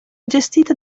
gestita